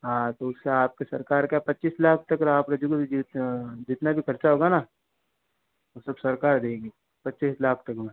हाँ तो उससे आपके सरकार क्या पच्चीस लाख तक अगर ऑपरेशन जितना भी खर्चा होगा ना वो सब सरकार देंगी पच्चीस लाख तक